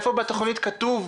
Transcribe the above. איפה בתכנית כתוב,